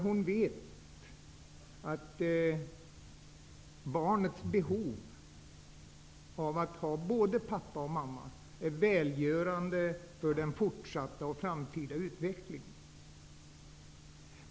Hon vet att barnets umgänge med både pappa och mamma är välgörande för dess fortsatta framtida utveckling.